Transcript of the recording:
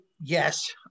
yes